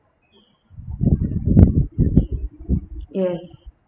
yes